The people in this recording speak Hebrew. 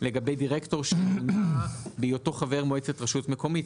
לגבי דירקטור שמונה בהיותו חבר מועצת רשות מקומית,